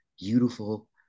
beautiful